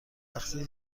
وقتی